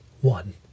One